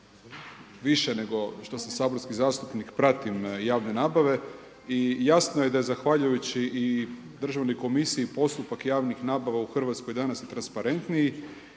više nego što sam saborski zastupnik pratim javne nabave i jasno je da zahvaljujući i Državnoj komisiji postupak javnih nabava u Hrvatskoj danas je transparentniji